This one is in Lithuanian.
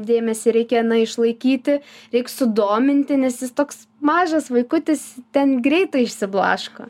dėmesį reikia na išlaikyti reik sudominti nes jis toks mažas vaikutis ten greitai išsiblaško